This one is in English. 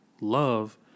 love